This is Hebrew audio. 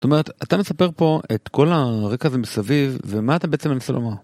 זאת אומרת, אתה מספר פה את כל הרקע הזה מסביב, ומה אתה בעצם מנסה לומר?